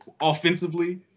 offensively